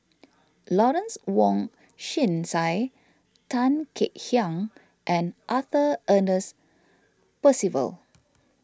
Lawrence Wong Shyun Tsai Tan Kek Hiang and Arthur Ernest Percival